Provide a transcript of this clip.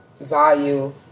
value